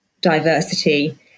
diversity